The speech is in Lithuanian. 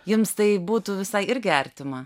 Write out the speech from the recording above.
jums tai būtų visai irgi artima